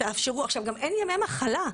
גם אין ימי מחלה.